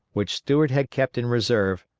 which stuart had kept in reserve,